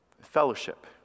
Fellowship